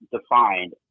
defined